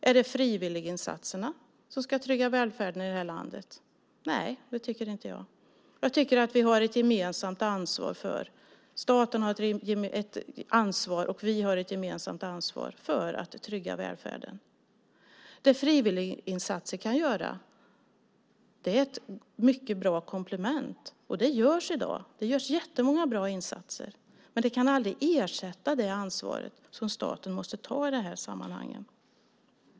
Är det frivilliginsatserna som ska trygga välfärden i det här landet? Nej, jag tycker inte det. Jag tycker att staten har ett ansvar, vi har ett gemensamt ansvar, för att trygga välfärden. Frivilliginsatserna är ett mycket bra komplement, och det görs väldigt många bra insatser, men de kan aldrig ersätta det ansvar som staten måste ta i dessa sammanhang.